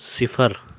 صفر